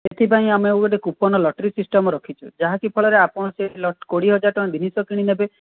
ସେଥିପାଇଁ ଆମେ ଗୋଟେ କୁପନ୍ ଲଟ୍ରି ସିଷ୍ଟମ୍ ରଖିଛୁ ଯାହାକି ଫଳରେ ଆପଣ ସେ କୋଡ଼ିଏ ହଜାର ଟଙ୍କା ଜିନିଷ କିଣି ନେବେ